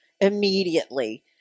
immediately